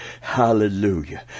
Hallelujah